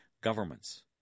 governments